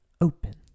open